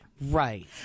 Right